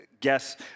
guess